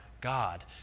God